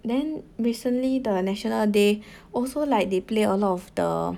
then recently the national day also like they play a lot of the